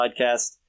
podcast